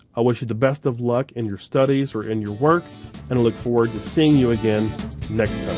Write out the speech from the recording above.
i wish you the best of luck in your studies or in your work and look forward to seeing you again next